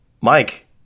Mike